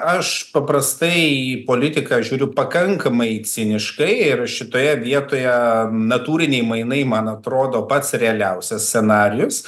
aš paprastai į politiką žiūriu pakankamai ciniškai ir šitoje vietoje natūriniai mainai man atrodo pats realiausias scenarijus